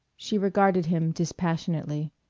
she regarded him dispassionately.